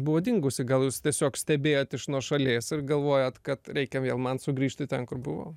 buvot dingusi gal jūs tiesiog stebėjot iš nuošalės ir galvojat kad reikia vėl man sugrįžti ten kur buvau